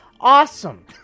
awesome